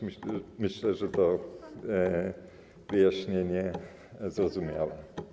Myślę, że to wyjaśnienie zrozumiała.